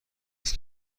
است